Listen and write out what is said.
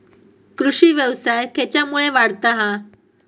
कृषीव्यवसाय खेच्यामुळे वाढता हा?